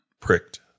pricked